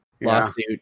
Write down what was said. Lawsuit